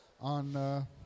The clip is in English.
on